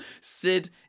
Sid